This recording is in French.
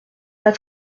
pas